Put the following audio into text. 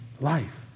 life